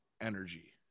Energy